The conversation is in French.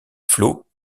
flots